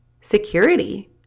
security